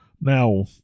Now